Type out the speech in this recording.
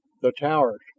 the towers,